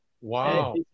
Wow